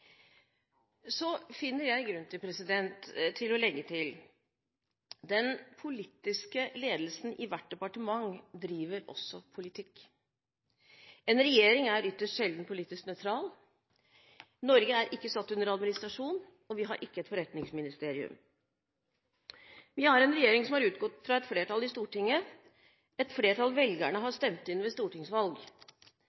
Så finner jeg grunn til å legge til at den politiske ledelsen i hvert departement også driver politikk. En regjering er ytterst sjelden politisk nøytral. Norge er ikke satt under administrasjon, og vi har ikke et forretningsministerium. Vi har en regjering som har utgått fra et flertall i Stortinget, et flertall velgerne har